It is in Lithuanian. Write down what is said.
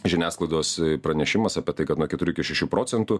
žiniasklaidos pranešimas apie tai kad nuo keturių iki šešių procentų